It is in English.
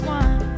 one